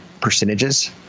percentages